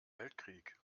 weltkrieg